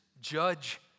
judge